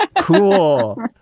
cool